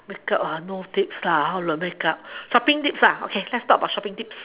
make up no tips lah how to make up shopping tips okay let's talk about shopping tips